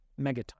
megatons